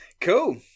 Cool